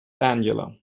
angela